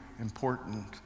important